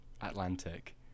Atlantic